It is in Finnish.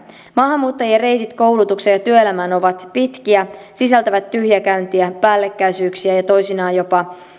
maahanmuuttajien reitit koulutukseen ja työelämään ovat pitkiä sisältävät tyhjäkäyntiä päällekkäisyyksiä ja toisinaan jopa